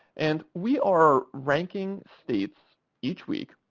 and we are ranking states each week